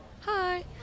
Hi